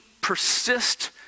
persist